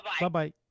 Bye-bye